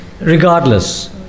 regardless